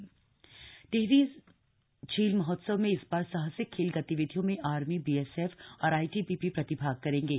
दिहरी झील महोत्सव टिहरी झील महोत्सव में इस बार साहसिक खेल गतिविधियों में आर्मी बीएसएफ और आईटीबीपी प्रतिभाग करेंगे